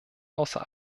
außer